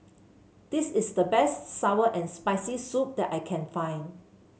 this is the best sour and Spicy Soup that I can find